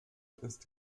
ist